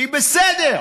היא בסדר,